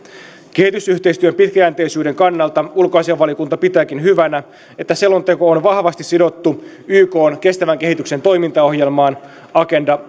kehitysyhteistyön pitkäjänteisyyden kannalta ulkoasiainvaliokunta pitääkin hyvänä että selonteko on vahvasti sidottu ykn kestävän kehityksen toimintaohjelmaan agenda